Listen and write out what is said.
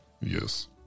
Yes